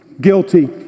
Guilty